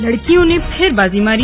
लड़कियों ने फिर बाजी मारी